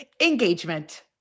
Engagement